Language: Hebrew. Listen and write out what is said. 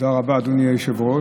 תודה רבה, אדוני היושב-ראש.